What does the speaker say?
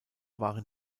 waren